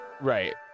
Right